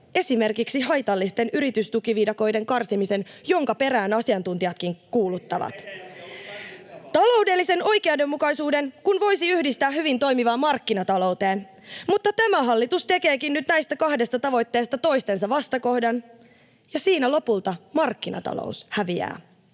esimerkiksi haitallisten yritystukiviidakoiden karsimisen, jonka perään asiantuntijatkin kuuluttavat. [Ben Zyskowicz: Ei kai teidän jälkeenne ollut karsittavaa!] Taloudellisen oikeudenmukaisuuden voisi yhdistää hyvin toimivaan markkinatalouteen, mutta nyt hallitus tekeekin näistä kahdesta tavoitteesta toistensa vastakohdat — ja siinä lopulta markkinatalous häviää.